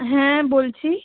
হ্যাঁ বলছি